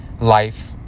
life